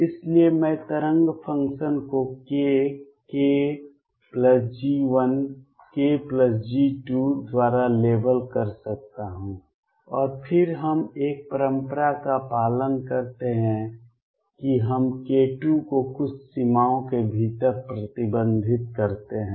इसलिए मैं तरंग फ़ंक्शन को k kG1 kG2 द्वारा लेबल कर सकता हूं और फिर हम एक परंपरा का पालन करते हैं कि हम k 2 को कुछ सीमाओं के भीतर प्रतिबंधित करते हैं